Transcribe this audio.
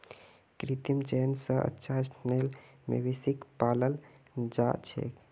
कृत्रिम चयन स अच्छा नस्लेर मवेशिक पालाल जा छेक